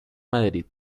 madrid